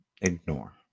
ignore